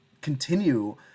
continue